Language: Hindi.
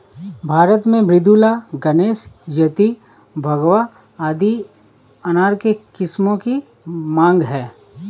भारत में मृदुला, गणेश, ज्योति, भगवा आदि अनार के किस्मों की मांग है